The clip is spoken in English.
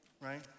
right